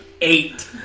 Eight